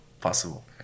possible